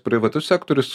privatus sektorius